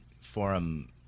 forum